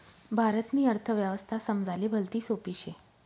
भारतनी अर्थव्यवस्था समजाले भलती सोपी शे